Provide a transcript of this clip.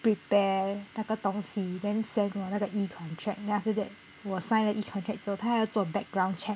prepare 那个东西 then send 我那个 E-contract then after that 我 sign 了 E-contract 之后他还要做 background check